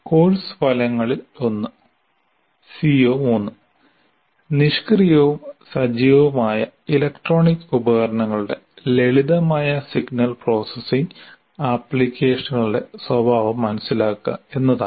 course ഫലങ്ങളിലൊന്ന് CO3 നിഷ്ക്രിയവും സജീവവുമായ ഇലക്ട്രോണിക് ഉപകരണങ്ങളുടെ ലളിതമായ സിഗ്നൽ പ്രോസസ്സിംഗ് ആപ്ലിക്കേഷനുകളുടെ സ്വഭാവം മനസ്സിലാക്കുക എന്നതാണ്